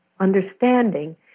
understanding